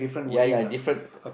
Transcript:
ya ya different